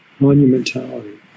monumentality